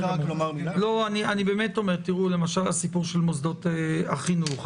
למשל הסיפור של מוסדות החינוך,